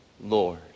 Lord